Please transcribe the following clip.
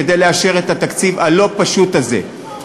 כדי לאשר את התקציב הלא-פשוט הזה.